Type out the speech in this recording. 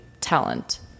talent